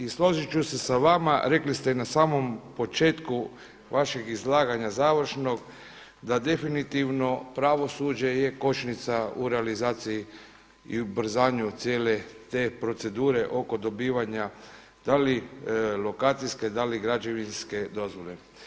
I složit ću se s vama rekli ste na samom početku vašeg izlaganja završnog da definitivno pravosuđe je kočnica u realizaciji i ubrzanju cijele te procedure oko dobivanja da li lokacijske, da li građevinske dozvole.